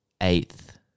eighth